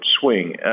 swing